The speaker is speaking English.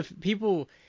people